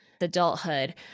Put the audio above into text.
adulthood